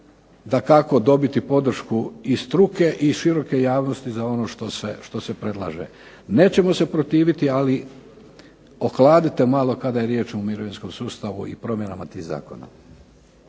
dakako dobiti podršku i struke i široke javnosti za ono što se predlaže. Nećemo se protiviti, ali ohladite malo kada je riječ o mirovinskom sustavu i promjenama tih zakona.